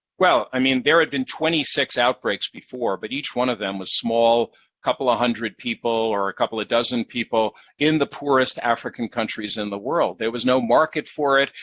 well, i mean there had been twenty six outbreaks before, but each one of them was small couple of hundred people or a couple of dozen people in the poorest african countries in the world. there was no market for it.